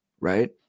right